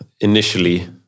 initially